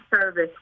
service